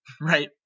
right